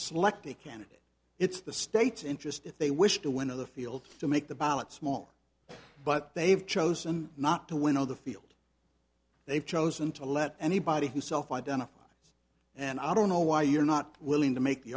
select a candidate it's the state's interest if they wish to winnow the field to make the ballot small but they've chosen not to winnow the field they've chosen to let anybody who self identify and i don't know why you're not willing to make the